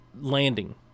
landing